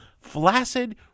flaccid